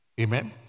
Amen